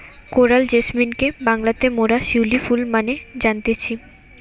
coral জেসমিনকে বাংলাতে মোরা শিউলি ফুল মানে জানতেছি